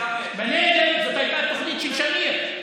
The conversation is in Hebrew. בנגב זאת הייתה תוכנית של שנים.